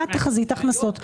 מה תחזית ההכנסות?